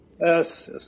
Yes